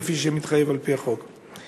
כפי שמתחייב על-פי החוק.